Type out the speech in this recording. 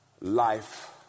life